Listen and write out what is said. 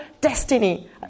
destiny